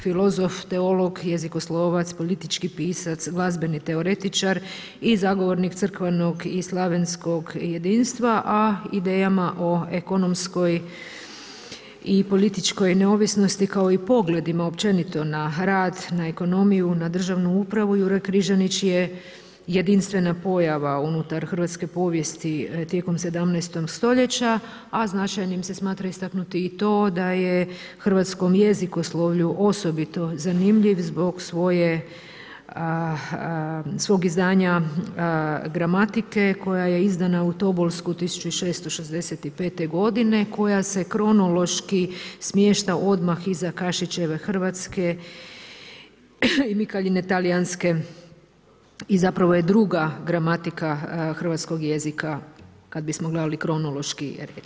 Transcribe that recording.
Filozof, teolog, jezikoslovac, politički pisac, glazbeni teoretičar i zagovornik crvenog i slavenskog jedinstva a idejama o ekonomskoj i političkoj neovisnosti kao i pogledima općenito na rad, na ekonomiju, na državu upravu, Juraj Križanić je jedinstvena pojava unutar hrvatske povijesti tijekom 17. st. a značajno se smatra istaknuti i to da je hrvatskom jezikoslovlju osobito zanimljiv zbog svog izdanja gramatika koja je izdana u Tobolsku 1665. g. koja se kronološki smješta odmah iza Kašićeve hrvatske i Mikaljine talijanske i zapravo je druga gramatike hrvatskog jezika kad bi smo gledali kronološki red.